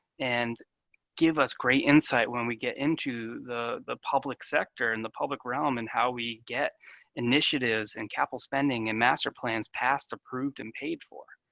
and give us great insight when we get into the the public sector and the public realm and how we get initiatives and capital spending and master plans passed, approved, and paid for.